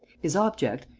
his object,